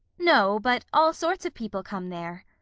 no but all sorts of people come there.